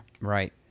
Right